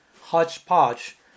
hodgepodge